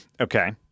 Okay